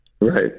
Right